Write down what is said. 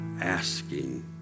asking